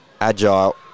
agile